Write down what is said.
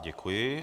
Děkuji.